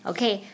Okay